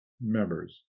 members